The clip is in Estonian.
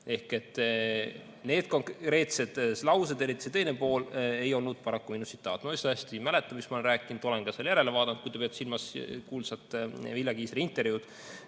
Ehk need konkreetsed laused, eriti see teine pool, ei olnud paraku minu tsitaat. Ma üsna hästi mäletan, mis ma olen rääkinud, olen ka seda järele vaadanud. Kui te peate silmas kuulsat intervjuud